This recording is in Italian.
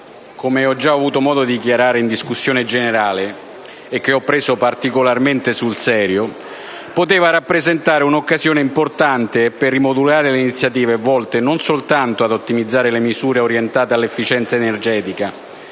come ho già avuto modo di dichiarare in discussione generale, che ho preso particolarmente sul serio, poteva rappresentare un'occasione importante per rimodulare le iniziative volte non soltanto ad ottimizzare le misure orientate all'efficienza energetica,